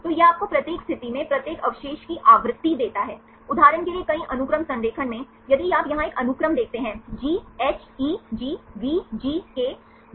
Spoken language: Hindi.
तो यह आपको प्रत्येक स्थिति में प्रत्येक अवशेष की आवृत्ति देता है उदाहरण के लिए कई अनुक्रम संरेखण में यदि आप यहां एक अनुक्रम देखते हैं GHEG VGKVVKLGAGA